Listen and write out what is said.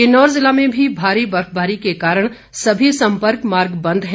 किन्नौर जिला में भी भारी बर्फबारी के कारण समी सम्पर्क मार्ग बंद है